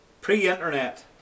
pre-internet